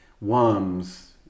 worms